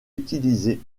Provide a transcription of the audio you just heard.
utilisé